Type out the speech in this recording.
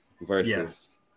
versus